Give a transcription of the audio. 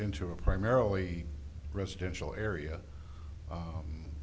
into a primarily residential area